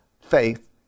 faith